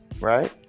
Right